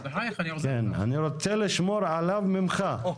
אני רוצה לשמור עליו ממך,